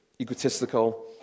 egotistical